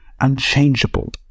unchangeable